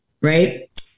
Right